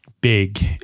big